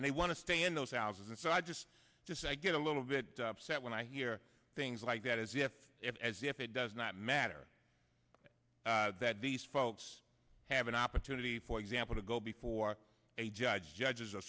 and they want to stay in those houses and so i just just i get a little bit upset when i hear things like that as if it's as if it does not matter that these folks have an opportunity for example to go before a judge